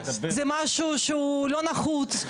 זה משהו שהוא לא נחוץ.